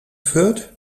fürth